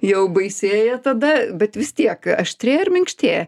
jau baisėja tada bet vis tiek aštrėja ar minkštėja